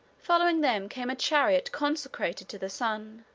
following them came a chariot consecrated to the sun.